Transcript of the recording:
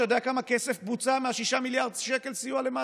אתה יודע כמה כסף בוצע מה-6 מיליארד שקל סיוע למעסיקים?